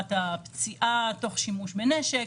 עבירת פציעה תוך שימוש בנשק,